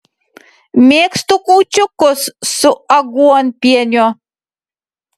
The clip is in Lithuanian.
mėgstu kūčiukus su aguonpieniu